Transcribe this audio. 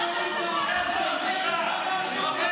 איזו בושה.